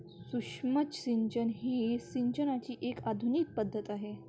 सूक्ष्म सिंचन ही सिंचनाची एक आधुनिक पद्धत आहे